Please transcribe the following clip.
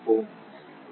real மதிப்பு 0